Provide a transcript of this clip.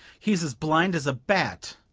he's as blind as a bat!